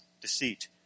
deceit